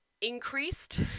increased